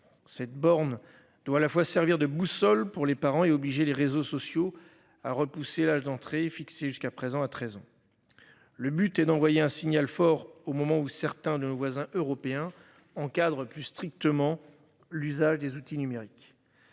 cette borne doit à la fois servir de boussole pour les parents et obliger les réseaux sociaux à repousser l'âge d'entrée est fixé jusqu'à présent à 13 ans. Le but est d'envoyer un signal fort au moment où certains de nos voisins européens encadre plus strictement l'usage des outils numériques.